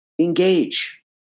engage